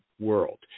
world